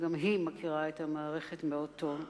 וגם היא מכירה את המערכת מאוד טוב,